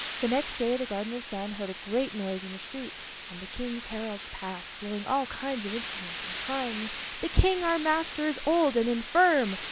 the next day the gardener's son heard a great noise in the street, and the king's heralds passed, blowing all kinds of instruments, and crying the king, our master, is old and infirm.